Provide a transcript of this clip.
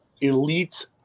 elite